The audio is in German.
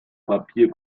papier